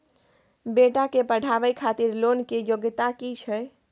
बेटा के पढाबै खातिर लोन के योग्यता कि छै